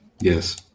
Yes